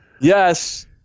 Yes